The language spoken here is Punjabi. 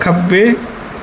ਖੱਬੇ